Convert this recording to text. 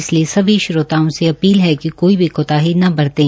इसलिए सभी श्रोताओं से अपील है कि कोई भी कोताही न बरतें